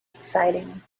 exciting